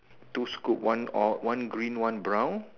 two scoop one all one green one brown